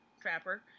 Trapper